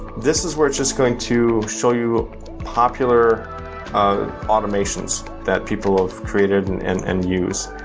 this is where it's just going to show you popular automations that people have created and and and use.